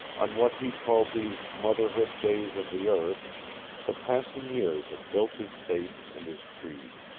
on what he called these motherhood days of the earth the passing years had built his faith and his creed.